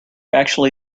actually